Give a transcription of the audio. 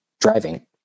driving